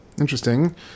interesting